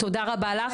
תודה רבה לך.